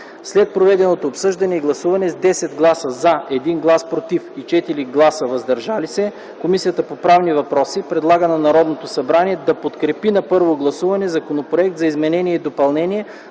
След проведеното обсъждане и гласуване с 10 гласа „за”, 1 глас „против” и 4 гласа „въздържали се” Комисията по правни въпроси предлага на Народното събрание да подкрепи на първо гласуване Законопроект за изменение и допълнение